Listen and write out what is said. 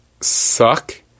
suck